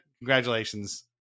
congratulations